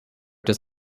does